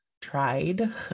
tried